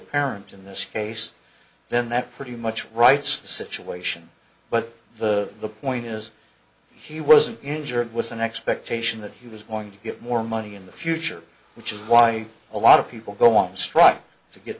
parent in this case then that pretty much writes the situation but the the point is he wasn't injured with an expectation that he was going to get more money in the future which is why a lot of people go on strike to get